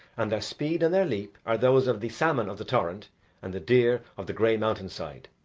and their speed and their leap are those of the salmon of the torrent and the deer of the grey mountain side.